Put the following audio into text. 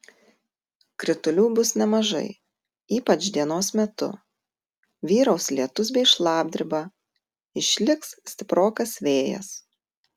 kritulių bus nemažai ypač dienos metu vyraus lietus bei šlapdriba išliks stiprokas vėjas